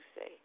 say